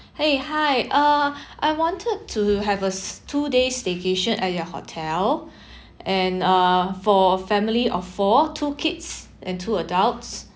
!hey! hi uh I wanted to have a two days staycation at your hotel and uh for family of four two kids and two adults